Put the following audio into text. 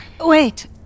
Wait